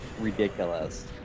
ridiculous